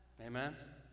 Amen